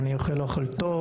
אני אוכל טוב,